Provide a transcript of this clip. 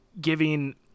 giving –